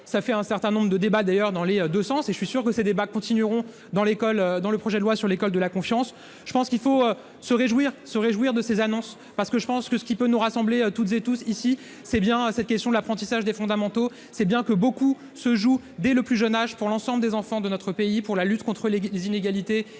ça fait un certain nombre de débats, d'ailleurs, dans les 2 sens et je suis sûr que ces débats continueront dans l'école, dans le projet de loi sur l'école de la confiance, je pense qu'il faut se réjouir, se réjouir de ces annonces, parce que je pense que ce qui peut nous rassembler toutes et tous, ici, c'est bien à cette question, l'apprentissage des fondamentaux, c'est bien que beaucoup se joue dès le plus jeune âge pour l'ensemble des enfants de notre pays pour la lutte contre l'équipe des inégalités